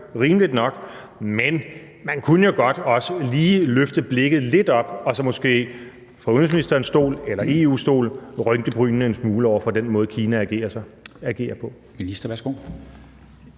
rimeligt nok – men man kunne jo godt også lige løfte blikket lidt op og så måske fra udenrigsministerens stol eller EU's stol rynke brynene en smule over for den måde, Kina agerer på.